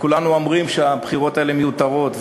כולם אומרים שהבחירות האלה מיותרות,